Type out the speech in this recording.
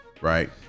right